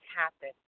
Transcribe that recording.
happen